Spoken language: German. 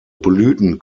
blüten